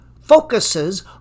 focuses